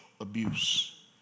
abuse